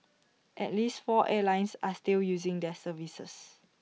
at least four airlines are still using their services